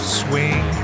swing